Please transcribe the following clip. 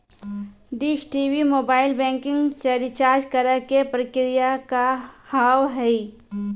Dish TV mobile banking से recharge करे के प्रक्रिया का हाव हई?